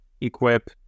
equip